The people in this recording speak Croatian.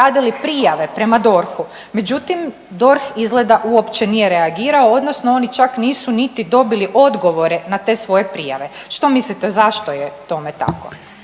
radili prijave prema DORH-u, međutim DORH izgleda uopće nije reagirao odnosno oni čak nisu niti dobili odgovore na te svoje prijave. Što mislite zašto je tome tako?